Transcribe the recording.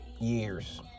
years